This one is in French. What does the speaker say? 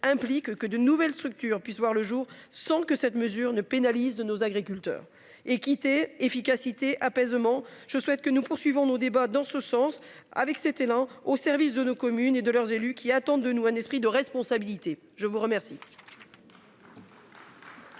implique que d'une nouvelle structure puisse voir le jour sans que cette mesure ne pénalisent nos agriculteurs équité efficacité apaisement. Je souhaite que nous poursuivons nos débats dans ce sens avec cet élan au service de nos communes et de leurs élus qui attendent de nous un esprit de responsabilité. Je vous remercie.